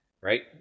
right